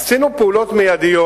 עשינו פעולות מיידיות.